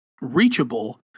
reachable